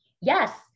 yes